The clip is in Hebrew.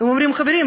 אומרים: חברים,